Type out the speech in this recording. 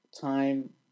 time